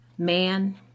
man